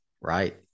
Right